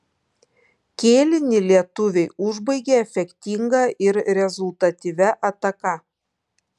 kėlinį lietuviai užbaigė efektinga ir rezultatyvia ataka